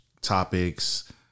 topics